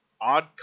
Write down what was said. odd